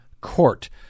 Court